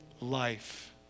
life